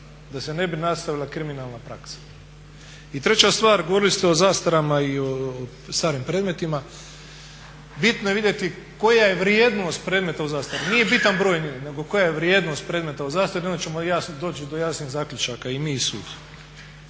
da se ne bi nastavila kriminalna praksa. I treća stvar, govorili ste o zastarama i o starim predmetima, bitno je vidjeti koja je vrijednost predmeta u zastari, nije bitan broj njih nego koja je vrijednost predmeta u zastari i onda ćemo i jasno doći do jasnih zaključaka i mi i sud.